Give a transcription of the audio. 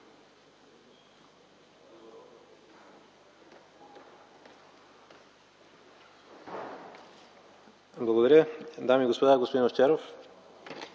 Благодаря. Дами и господа, господин Овчаров!